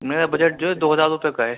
میرا بجٹ جو ہے دو ہزار روپے کا ہے